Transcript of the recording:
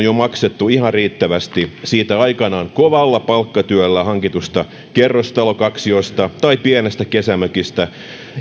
jo maksettu ihan riittävästi siitä aikanaan kovalla palkkatyöllä hankitusta kerrostalokaksiosta tai pienestä kesämökistä